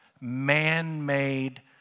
man-made